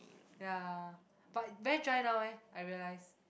ya but very dry now eh I realise